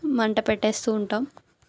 మంట పెట్టేస్తూ ఉంటాం